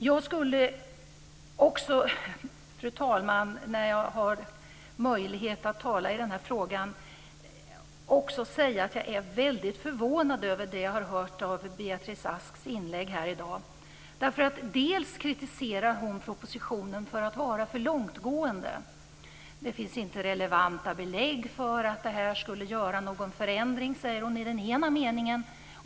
Jag skulle också, fru talman, när jag har möjlighet att tala i denna fråga, vilja säga att jag är väldigt förvånad över det jag hörde i Beatrice Asks inlägg i dag. Först kritiserar hon propositionen för att vara för långtgående. Det finns inte relevanta belägg för att det här skulle göra någon förändring, säger hon i den ena meningen.